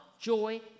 joy